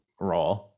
Raw